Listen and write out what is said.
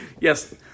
Yes